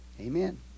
Amen